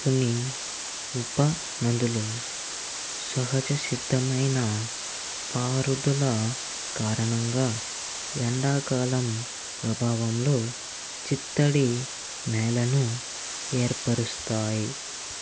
కొన్ని ఉప నదులు సహజ సిద్ధమైన పారుదల కారణంగా ఎండా కాలం ప్రభావంలో చిత్తడి నేలను ఏర్పరుస్తాయి